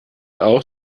auch